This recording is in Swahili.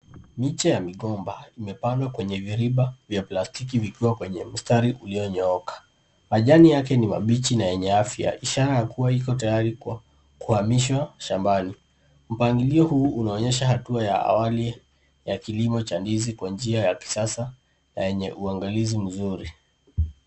Miche ya migomba imepandwa kwenye viriba vya plastiki vikiwa kwenye mstari ulionyooka, majani yake ni mabichi na yenye afya ishara ya kua iko tayari kuhamishwa shambani, mpangilio huu unaonyesha hatua ya awali ya kilimo cha ndizi kwa njia ya kisasa na yenye uangalizi mzuri.